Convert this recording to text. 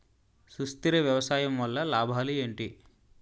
సుస్థిర వ్యవసాయం వల్ల లాభాలు ఏంటి?